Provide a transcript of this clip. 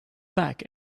back